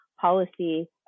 policy